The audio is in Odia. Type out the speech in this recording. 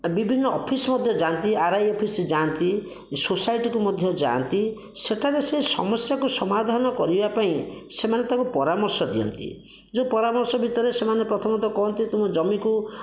ବିଭିନ୍ନ ଅଫିସ ମଧ୍ୟ ଯାଆନ୍ତି ଆରଇ ଅଫିସ ଯାଆନ୍ତି ସୋସାଇଟିକୁ ମଧ୍ୟ ଯାଆନ୍ତି ସେଠାରେ ସେ ସମସ୍ୟାକୁ ସମାଧାନ କରିବାପାଇଁ ସେମାନେ ତାଙ୍କୁ ପରାମର୍ଶ ଦିଅନ୍ତି ଯେ ପରାମର୍ଶ ଭିତରେ ସେମାନେ ପ୍ରଥମତଃ କୁହନ୍ତି ତୁମ ଜମିକୁ